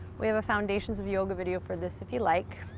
we have a foundations of yoga video for this if you like.